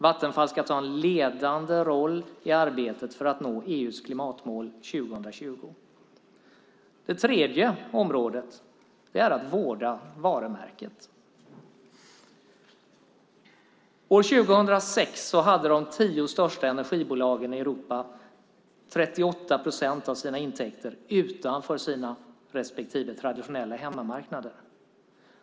Vattenfall ska ta en ledande roll i arbetet med att nå EU:s klimatmål 2020. Det tredje området är att vårda varumärket. År 2006 hade de tio största energibolagen i Europa 38 procent av sina intäkter utanför sina respektive traditionella hemmamarknader.